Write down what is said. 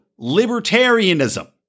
libertarianism